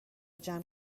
جمع